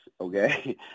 okay